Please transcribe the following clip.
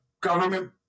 government